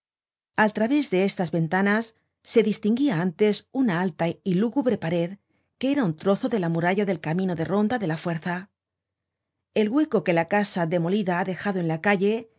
al través de estas ventanas se distinguia antes una alta y lúgubre pared que era un trozo dela muralla del camino de ronda de la fuerza el hueco que la casa demolida ha dejado en la calle